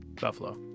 buffalo